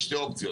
יש שתי אופציות,